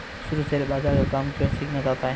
सूरज share बाजार का काम क्यों सीखना चाहता है?